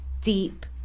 deep